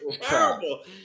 terrible